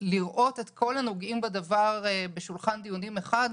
לראות את כל הנוגעים בדבר בשולחן דיונים אחד,